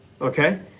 okay